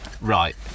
right